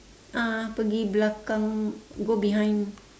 ah pergi belakang go behind